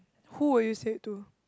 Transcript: who would you said to